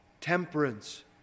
temperance